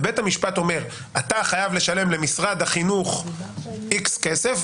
ובית המשפט אומר: אתה חייב לשלם למשרד החינוך X כסף,